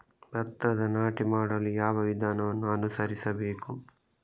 ಭತ್ತದ ನಾಟಿ ಮಾಡಲು ಯಾವ ವಿಧಾನವನ್ನು ಅನುಸರಿಸಬೇಕು?